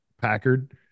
Packard